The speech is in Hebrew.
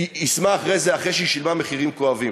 יישמה אחרי זה, אחרי שהיא שילמה מחירים כואבים.